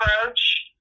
approach